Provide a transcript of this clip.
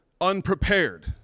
unprepared